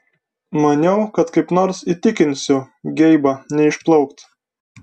maniau kad kaip nors įtikinsiu geibą neišplaukti